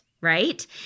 right